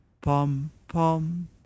pom-pom